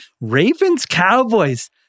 Ravens-Cowboys